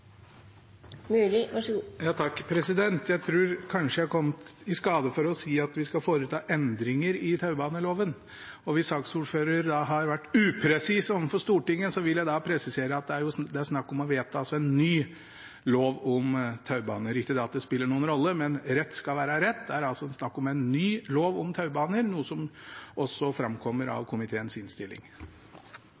Jeg tror kanskje jeg har kommet i skade for å si at vi skal foreta endringer i taubaneloven. Hvis jeg som saksordfører har vært upresis overfor Stortinget, vil jeg presisere at det er snakk om å vedta en ny lov om taubaner. Ikke at det spiller noen rolle, men rett skal være rett. Det er altså snakk om en ny lov om taubaner, noe som også framkommer av